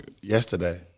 yesterday